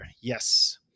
Yes